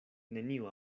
neniu